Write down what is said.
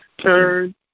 turn